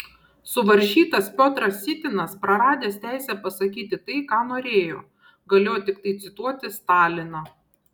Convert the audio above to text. suvaržytas piotras sytinas praradęs teisę pasakyti tai ką norėjo galėjo tiktai cituoti staliną